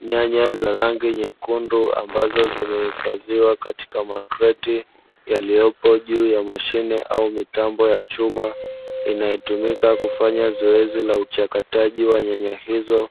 Nyanya za rangi nyekundu ambazo zimehifadhiwa katika makreti yaliopo juu ya mashamba mengine au mitambo ya chuma inayotumika kufanya zoezi la uchakataji wa nyanya hizo